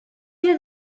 you